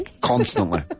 Constantly